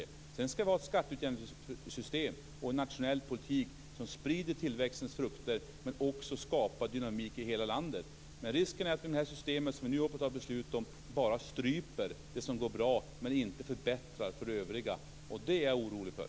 Vi skall också ha ett skatteutjämningssystem och en nationell politik som sprider tillväxtens frukter och skapar dynamik i hela landet. Risken är att det system som vi nu håller på att ta beslut om bara stryper det som går bra men inte förbättrar för de övriga. Det är jag orolig för.